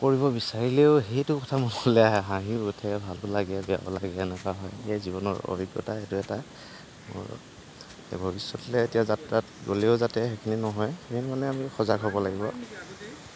কৰিব বিচাৰিলেও সেইটো কথা মনলৈ আহে হাঁহিও উঠে ভালো লাগে বেয়াও লাগে এনেকুৱা হয় এয়া জীৱনৰ অভিজ্ঞতা সেইটো এটা মোৰ ভৱিষ্যতলৈ এতিয়া যাত্ৰাত গ'লেও যাতে সেইখিনি নহয় সেইখিনি মানে আমি সজাগ হ'ব লাগিব আৰু